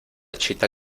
chita